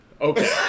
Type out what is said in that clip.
okay